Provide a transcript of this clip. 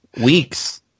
weeks